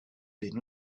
been